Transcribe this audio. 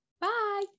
Bye